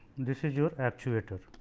this is your actuator.